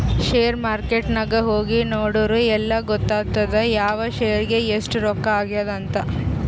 share market ನಾಗ್ ಹೋಗಿ ನೋಡುರ್ ಎಲ್ಲಾ ಗೊತ್ತಾತ್ತುದ್ ಯಾವ್ ಶೇರ್ಗ್ ಎಸ್ಟ್ ರೊಕ್ಕಾ ಆಗ್ಯಾದ್ ಅಂತ್